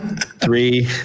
Three